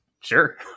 Sure